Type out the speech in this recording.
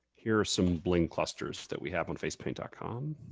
here are some bling clusters that we have on facepaint ah com.